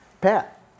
Pat